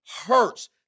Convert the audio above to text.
hurts